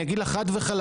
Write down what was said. אני אגיד לך חד וחלק,